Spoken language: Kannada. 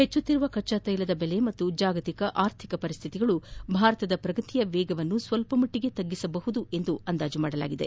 ಹೆಚ್ಚುತ್ತಿರುವ ಕಚ್ಚಾತ್ಯೆಲ ಬೆಲೆ ಹಾಗೂ ಜಾಗತಿಕ ಆರ್ಥಿಕ ಪರಿಸ್ಥಿತಿಗಳು ಭಾರತದ ಶ್ರಗತಿ ವೇಗವನ್ನು ಸ್ವಲ್ಪಮಟ್ಟಿಗೆ ತಗ್ಗಿಸಲಿದೆ ಎಂದು ತಿಳಿಸಿದೆ